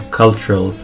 cultural